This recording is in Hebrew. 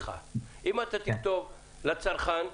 אם אתה תכתוב "לצרכן"